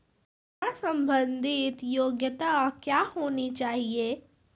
योजना संबंधित योग्यता क्या होनी चाहिए?